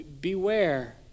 Beware